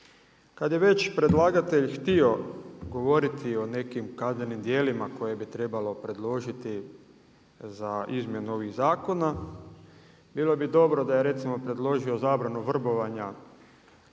Kada je već predlagatelj htio govoriti o nekim kaznenim djelima koje bi trebalo predložiti za izmjenu ovog zakona, bilo bi dobro da je recimo predložio zabranu vrbovanja